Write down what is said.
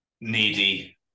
needy